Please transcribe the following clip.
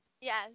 yes